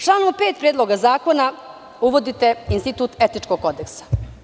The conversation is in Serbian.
Članom 5. Predloga zakona uvodite institut etičkog kodeksa.